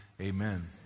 Amen